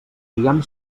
lligam